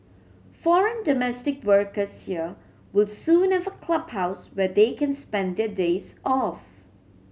foreign domestic workers here will soon have a clubhouse where they can spend their days off